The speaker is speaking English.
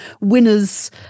winners